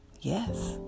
Yes